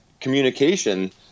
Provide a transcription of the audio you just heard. communication